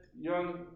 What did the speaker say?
young